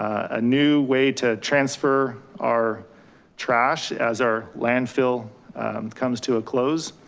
a new way to transfer our trash as our landfill comes to a close.